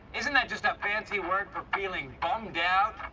isn't that just a fancy word for feeling bummed out?